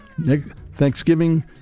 Thanksgiving